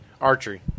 Archery